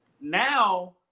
Now